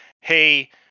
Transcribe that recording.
hey